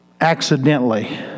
accidentally